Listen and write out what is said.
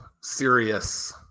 serious